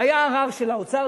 והיה ערר של האוצר.